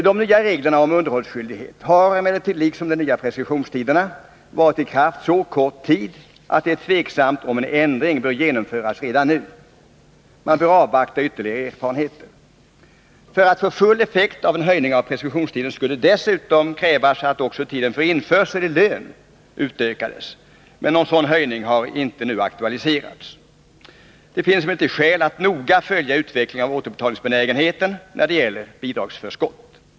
De nya reglerna om underhållsskyldighet liksom de nya preskriptionstiderna har emellertid varit i kraft så kort tid att det är tvivelaktigt om en ändring bör genomföras redan nu. För att få full effekt av en förlängning av preskriptionstiden skulle dessutom krävas att också tiden för införsel i lön m.m. utökades. Någon sådan utökning har dock inte nu aktualiserats. Det finns emellertid skäl att noga följa utvecklingen av återbetalningsbenägenheten när det gäller bidragsförskotten.